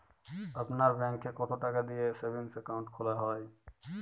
আপনার ব্যাংকে কতো টাকা দিয়ে সেভিংস অ্যাকাউন্ট খোলা হয়?